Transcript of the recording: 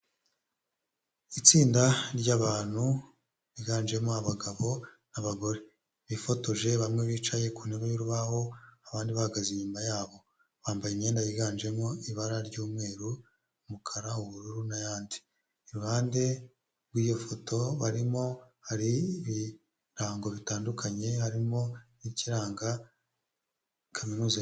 Itsinda rya'bantu biganjemo abagabo n'abagore. Bifotoje bamwe bicaye ku ntebe y'urubaho abandi bahagaze inyuma yabo, bambaye imyenda yiganjemo ibara ry'umweru, umukara, ubururu, n'ayandi iruhande rw'iyo foto barimo hari ibirango bitandukanye harimo n'ikiranga kaminuza.